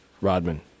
Rodman